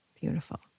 Beautiful